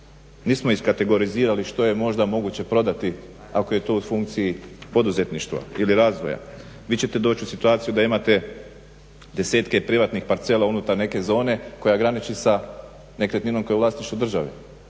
Nismo iskategorizirali što je možda moguće prodati ako je to u funkciji poduzetništva ili razvoja. Vi ćete doći u situaciju da imate desetke privatnih parcela unutar neke zone koja graniči sa nekretninom koja je u vlasništvu države.